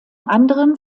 anderen